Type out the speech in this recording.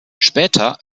später